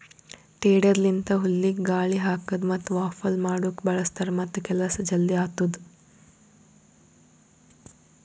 tedder ಲಿಂತ ಹುಲ್ಲಿಗ ಗಾಳಿ ಹಾಕದ್ ಮತ್ತ ವಾಫಲ್ ಮಾಡುಕ್ ಬಳ್ಸತಾರ್ ಮತ್ತ ಕೆಲಸ ಜಲ್ದಿ ಆತ್ತುದ್